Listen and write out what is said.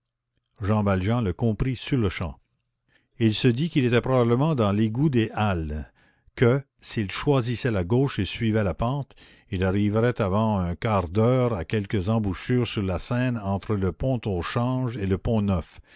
jean valjean le comprit sur-le-champ il se dit qu'il était probablement dans l'égout des halles que s'il choisissait la gauche et suivait la pente il arriverait avant un quart d'heure à quelque embouchure sur la seine entre le pont au change et le